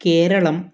Keralam